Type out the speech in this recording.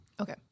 Okay